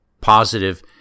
positive